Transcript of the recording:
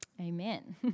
Amen